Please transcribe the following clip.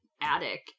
attic